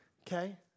Okay